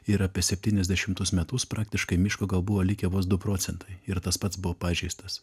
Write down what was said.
ir apie septyniasdešimtus metus praktiškai miško gal buvo likę vos du procentai ir tas pats buvo pažeistas